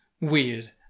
weird